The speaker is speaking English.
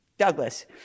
Douglas